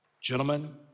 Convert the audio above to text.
gentlemen